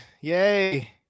Yay